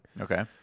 Okay